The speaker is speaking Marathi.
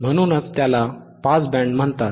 म्हणूनच त्याला पास बँड म्हणतात